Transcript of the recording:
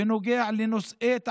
בנוגע לנושאי תעבורה,